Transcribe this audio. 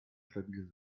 stabil